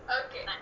okay